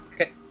Okay